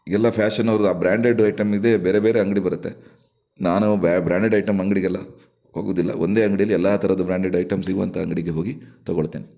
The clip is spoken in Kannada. ಎಲ್ಲ ಫ್ಯಾಷನ್ ಅವರ ಬ್ರಾಂಡೆಡ್ ಇಟೆಮಿದ್ದೆ ಬೇರೆ ಬೇರೆ ಅಂಗಡಿ ಬರತ್ತೆ ನಾನು ಬ್ರಾಂಡೆಡ್ ಐಟಂ ಅಂಗಡಿಗೆಲ್ಲ ಹೋಗೋದಿಲ್ಲ ಒಂದೇ ಅಂಗಡಿಯಲ್ಲಿ ಎಲ್ಲ ತರಹದ ಬ್ರಾಂಡೆಡ್ ಐಟಂ ಸಿಗುವಂತಹ ಅಂಗಡಿಗೆ ಹೋಗಿ ತಗೊಳ್ತೇನೆ